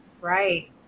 right